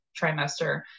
trimester